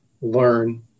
learn